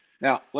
Now